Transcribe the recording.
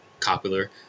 popular